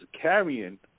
carrying